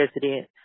president